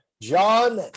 John